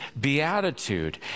beatitude